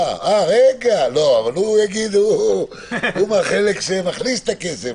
אבל הוא יגיד שהוא מהחלק שמכניס את הכסף,